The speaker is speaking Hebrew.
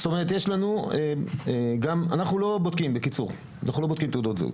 זאת אומרת, אנחנו לא בודקים תעודות זהות.